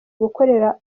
gukorera